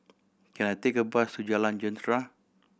can I take a bus to Jalan Jentera